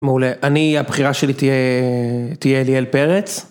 מעולה, אני הבחירה שלי תהיה תהיה אליאל פרץ.